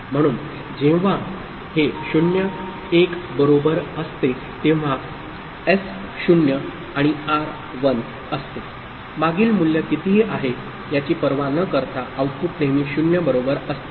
म्हणून जेव्हा हे 0 1 बरोबर असते तेव्हा S 0 आणि R 1 असते मागील मूल्य कितीही आहे याची पर्वा न करता आउटपुट नेहमी 0 बरोबर असते